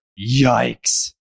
Yikes